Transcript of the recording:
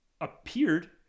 appeared